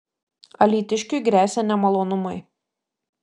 alytiškiui gresia nemalonumai